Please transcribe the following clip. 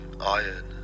iron